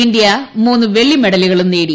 India മൂന്ന് വെള്ളി മെഡലുകളും നേടി